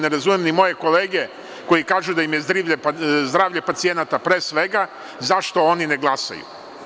Ne razumem ni moje kolege koji kažu da im je zdravlje pacijenata pre svega, zašto oni ne glasaju?